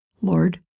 lord